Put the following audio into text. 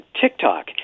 TikTok